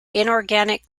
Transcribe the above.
inorganic